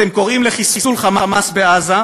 אתם קוראים לחיסול "חמאס" בעזה,